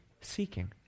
seeking